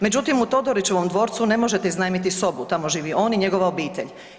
Međutim, u Todorićevom dvorcu ne možete iznajmiti sobu, tamo živi on i njegova obitelj.